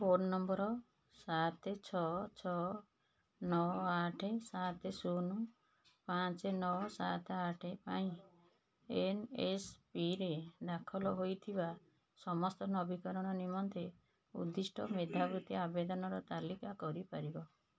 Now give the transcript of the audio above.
phone number ସାତ ଛଅ ଛଅ ନଅ ଆଠ ସାତ ଶୂନ ପାଞ୍ଚ ନଅ ସାତ ଆଠ ପାଇଁ ଏନ୍ଏସ୍ପିରେ ଦାଖଲ ହୋଇଥିବା ସମସ୍ତ ନବୀକରଣ ନିମନ୍ତେ ଉଦ୍ଦିଷ୍ଟ ମେଧାବୃତ୍ତି ଆବେଦନର ତାଲିକା କରି ପାରିବ